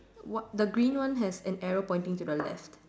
the green one has an arrow pointing to the left